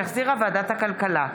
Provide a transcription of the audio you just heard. שהחזירה ועדת הכלכלה.